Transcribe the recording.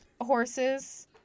Horses